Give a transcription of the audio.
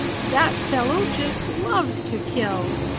that fellow just loves to kill.